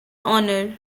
honour